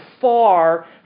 far